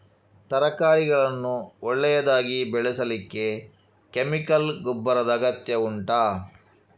ತರಕಾರಿಗಳನ್ನು ಒಳ್ಳೆಯದಾಗಿ ಬೆಳೆಸಲಿಕ್ಕೆ ಕೆಮಿಕಲ್ ಗೊಬ್ಬರದ ಅಗತ್ಯ ಉಂಟಾ